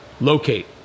locate